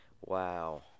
Wow